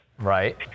Right